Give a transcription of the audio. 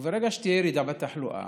וברגע שתהיה ירידה בתחלואה,